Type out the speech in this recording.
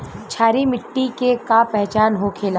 क्षारीय मिट्टी के का पहचान होखेला?